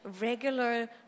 regular